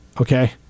Okay